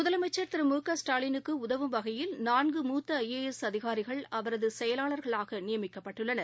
முதலமைச்சர் திரு மு க ஸ்டாலினுக்கு உதவும் வகையில் நான்கு மூத்த ஐ ஏ எஸ் அதிகாரிகள் அவரது செயலாளர்களாக நியமிக்கப்பட்டுள்ளனர்